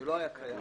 זה לא היה קיים.